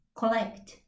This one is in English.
collect